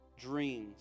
Dreams